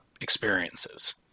experiences